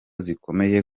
zikomeye